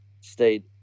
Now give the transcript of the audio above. Stayed